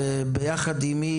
וביחד עמי